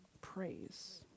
praise